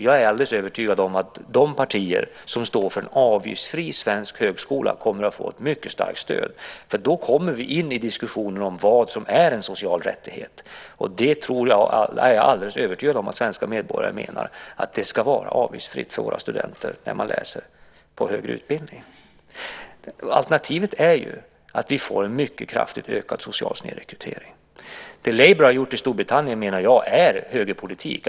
Jag är alldeles övertygad om att de partier som står för en avgiftsfri svensk högskola kommer att få ett mycket starkt stöd. Då kommer vi in på diskussionen om vad som är en social rättighet. Jag är alldeles övertygad om att svenska medborgare menar att det ska vara avgiftsfritt för våra studenter när de läser på högre utbildning. Alternativet är att vi får en mycket kraftigt ökad social snedrekrytering. Vad Labour gjort i Storbritannien menar jag är högerpolitik.